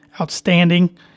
outstanding